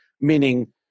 meaning